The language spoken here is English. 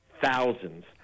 thousands